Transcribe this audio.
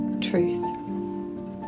truth